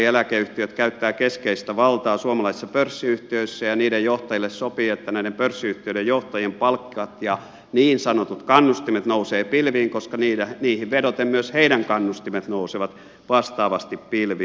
eläkeyhtiöt käyttävät keskeistä valtaa suomalaisissa pörssiyhtiöissä ja niiden johtajille sopii että näiden pörssiyhtiöiden johtajien palkat ja niin sanotut kannustimet nousevat pilviin koska niihin vedoten myös heidän kannustimensa nousevat vastaavasti pilviin